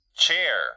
chair